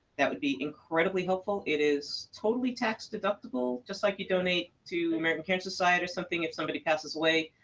that would be incredibly helpful. it is totally tax deductible, just like you donate to american cancer society or something. if somebody passes away,